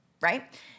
Right